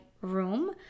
room